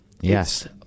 Yes